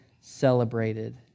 celebrated